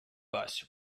bus